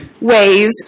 ways